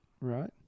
right